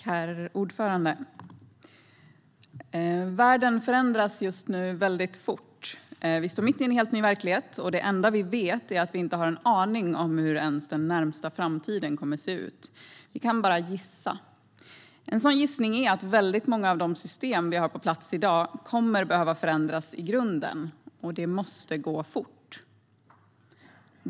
Herr talman! Världen förändras just nu väldigt fort. Vi står mitt i en helt ny verklighet, och det enda vi vet är att vi inte har en aning om hur ens den närmaste framtiden kommer att se ut. Vi kan bara gissa. En sådan gissning är att väldigt många av de system som vi har på plats i dag kommer att behöva förändras i grunden och att det måste gå fort.